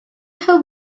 have